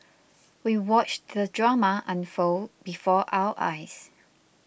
we watched the drama unfold before our eyes